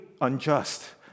unjust